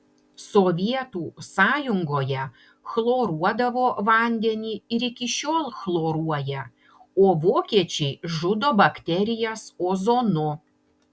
sovietų sąjungoje chloruodavo vandenį ir iki šiol chloruoja o vokiečiai žudo bakterijas ozonu